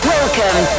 Welcome